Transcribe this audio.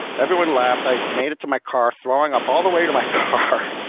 everyone laughed. i made it to my car, throwing up all the way to my car.